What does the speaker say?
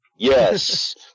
Yes